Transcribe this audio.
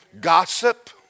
Gossip